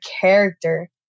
character